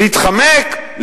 להתחמק?